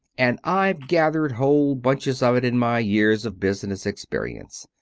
and i've gathered whole bunches of it in my years of business experience.